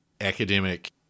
academic